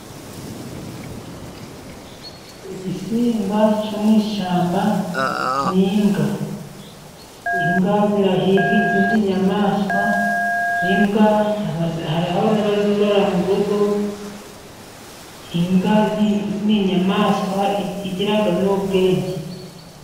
Igisimba cyo mu ishyamba ni imbwa. Imbwa zirahiga izindi nyamaswa, imbwa hariho n'abazorora mu rugo. Imbwa ni inyamaswa igira n'ubwenge.